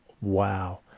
Wow